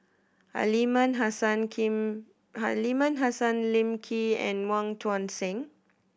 Aliman Hassan Lee Aliman Hassan Lim Lee and Wong Tuang Seng